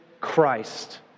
Christ